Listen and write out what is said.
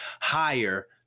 higher